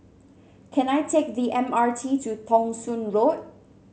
can I take the M R T to Thong Soon Road